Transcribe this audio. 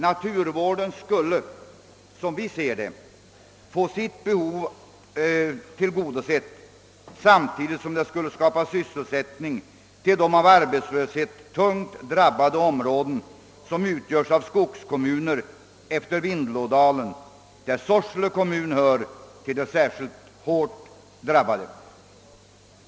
Naturvården skulle, som vi ser det, få sitt behov tillgodosett samtidigt, som det skulle skapa sysselsättning till de av arbetslöshet tungt drabbade områden som utgörs av skogskommuner efter Vindelådalen där Sorsele kommun hör till de särskilt hårt drabbade.